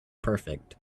perfect